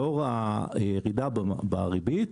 לאור הירידה בריבית,